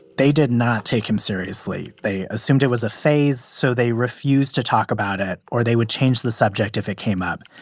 they did not take him seriously. they assumed it was a phase, so they refused to talk about it, or they would change the subject if it came up.